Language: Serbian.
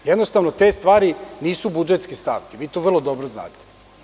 Jednostavno, te stvari nisu budžetske stavke i vi to vrlo dobro znate.